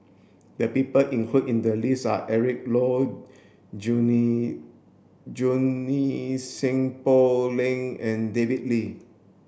the people included in the list are Eric Low Junie Junie Sng Poh Leng and David Lee